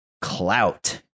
clout